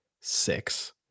six